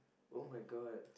[oh]-my-god